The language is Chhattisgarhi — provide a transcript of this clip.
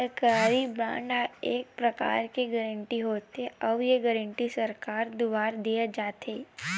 सरकारी बांड ह एक परकार के गारंटी होथे, अउ ये गारंटी सरकार दुवार देय जाथे